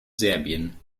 serbien